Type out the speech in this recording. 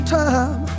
time